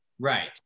Right